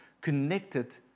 connected